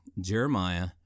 Jeremiah